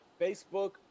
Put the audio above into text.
Facebook